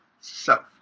self